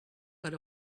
but